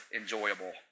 enjoyable